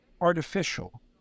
artificial